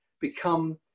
become